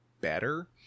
better